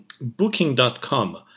Booking.com